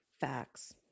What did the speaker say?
facts